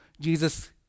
Jesus